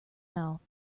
mouth